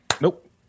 Nope